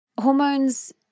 hormones